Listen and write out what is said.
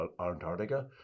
Antarctica